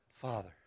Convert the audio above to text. Father